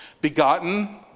begotten